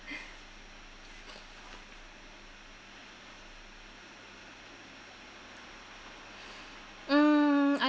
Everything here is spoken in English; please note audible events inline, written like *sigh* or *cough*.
*breath* *breath* mm